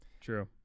true